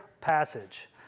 passage